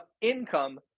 income